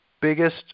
biggest